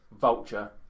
vulture